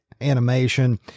animation